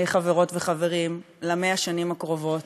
חברות וחברים, ל-100 השנים הקרובות.